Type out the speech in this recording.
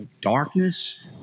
darkness